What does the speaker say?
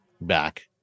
back